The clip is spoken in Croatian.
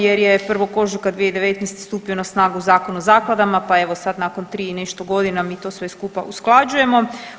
Jer je 1. ožujka 2019. stupio na snagu Zakon o zakladama, pa evo sad nakon tri i nešto godina mi to sve skupa usklađujemo.